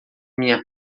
minha